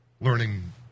learning